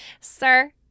Sir